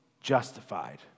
justified